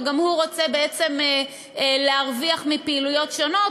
וגם הוא רוצה בעצם להרוויח מפעילויות שונות,